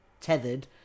tethered